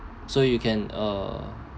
so you can uh